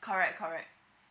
correct correct